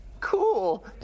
cool